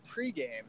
pregame